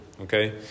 okay